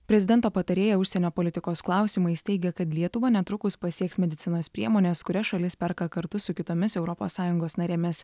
prezidento patarėja užsienio politikos klausimais teigia kad lietuvą netrukus pasieks medicinos priemonės kurias šalis perka kartu su kitomis europos sąjungos narėmis